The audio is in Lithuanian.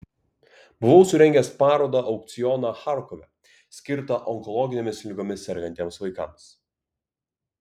buvau surengęs parodą aukcioną charkove skirtą onkologinėmis ligomis sergantiems vaikams